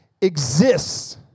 exists